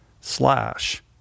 slash